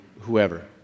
whoever